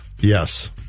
Yes